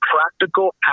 practical